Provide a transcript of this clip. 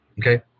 okay